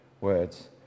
words